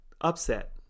upset